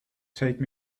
take